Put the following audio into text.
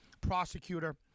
prosecutor